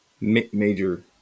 major